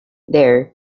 there